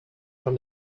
from